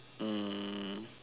mm